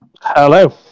Hello